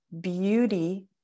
beauty